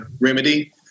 remedy